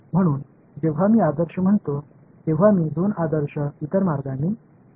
म्हणून जेव्हा मी आदर्श म्हणतो तेव्हा मी दोन आदर्श इतर मार्गांनी घेत आहे